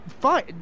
fine